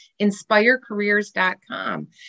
inspirecareers.com